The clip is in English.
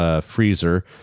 freezer